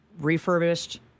Refurbished